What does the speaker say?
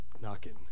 knocking